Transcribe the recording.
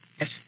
Yes